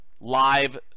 live